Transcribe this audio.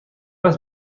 است